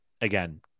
again